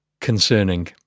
concerning